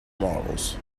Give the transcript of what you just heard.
models